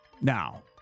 Now